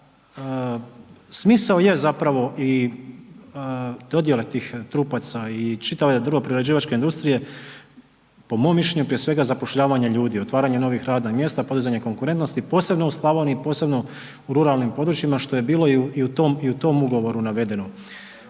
smisao je zapravo i dodjele tih trupaca i čitave drvo-prerađivačke industrije po mom mišljenju prije svega zapošljavanje ljudi, otvaranje novih radnih mjesta, podizanje konkurentnosti, posebno u Slavoniji, posebno u ruralnim područjima što je bilo i u tom ugovoru navedeno.